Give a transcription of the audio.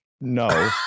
No